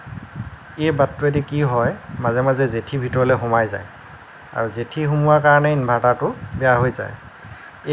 এই বাটটোৱেদি কি হয় মাজে মাজে জেঠী ভিতৰলৈ সোমাই যায় আৰু জেঠী সোমোৱাৰ কাৰণেই ইনভাৰ্টাৰটো বেয়া হৈ যায়